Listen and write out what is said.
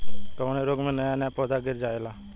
कवने रोग में नया नया पौधा गिर जयेला?